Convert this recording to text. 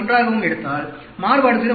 1 ஆகவும் எடுத்தால் மாறுபாடு 0